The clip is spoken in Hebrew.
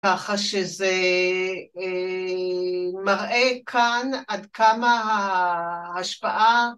ככה שזה מראה כאן עד כמה ההשפעה